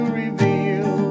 reveal